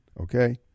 Okay